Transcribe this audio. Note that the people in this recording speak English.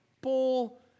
Paul